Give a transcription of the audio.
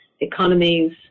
economies